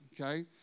Okay